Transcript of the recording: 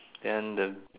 then the